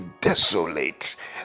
desolate